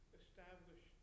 establish